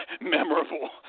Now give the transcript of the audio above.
memorable